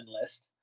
list